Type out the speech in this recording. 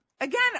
Again